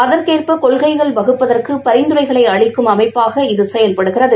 அதற்கேற்ப கொள்கைகள் வகுப்பதற்கு பரிந்துரைகளை அளிக்கும் அமைப்பாக இது செயல்படுகிறது